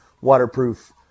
waterproof